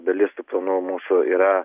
dalis tų planų mūsų yra